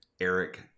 Eric